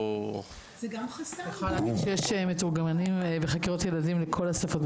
--- אני יכולה להגיד שיש מתורגמנים בחקירות ילדים לכל השפות.